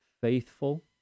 faithful